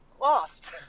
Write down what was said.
lost